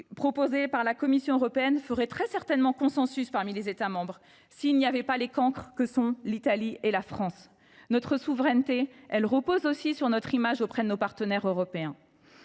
proposés par la Commission européenne feraient très certainement consensus parmi les États membres, s’il n’y avait pas les cancres que sont l’Italie et la France. Notre souveraineté repose aussi sur notre image auprès de nos partenaires européens.